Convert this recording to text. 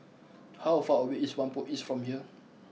how far away is Whampoa East from here